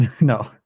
No